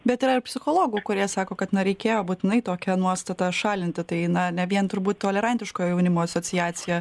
bet yra ir psichologų kurie sako kad na reikėjo būtinai tokią nuostatą šalinti tai na ne vien turbūt tolerantiško jaunimo asociacija